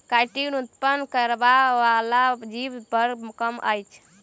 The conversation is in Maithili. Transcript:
काइटीन उत्पन्न करय बला जीव बड़ कम अछि